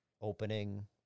opening